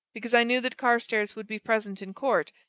because i knew that carstairs would be present in court,